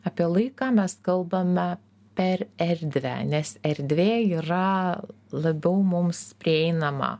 apie laiką mes kalbame per erdvę nes erdvė yra labiau mums prieinama